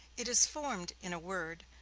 it is formed, in a word,